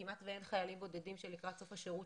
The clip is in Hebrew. כמעט ואין חיילים בודדים שלקראת סוף השירות